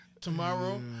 Tomorrow